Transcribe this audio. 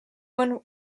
one